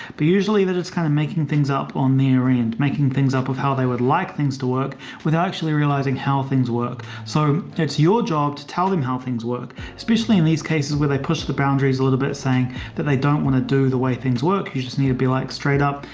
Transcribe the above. but usually that it's kind of making things up on their own and making things up of how they would like things to work without actually realizing how things work. so it's your job to tell them how things work, especially in these cases where they push the boundaries a little bit, saying that they don't want to do the way things work. you just need to be like straight up,